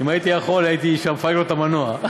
אם הייתי יכול, הייתי, לו את המנוע.